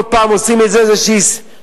כל פעם עושים מזה איזה סיפור,